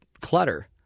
clutter